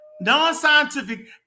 Non-scientific